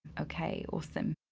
okay, awesome.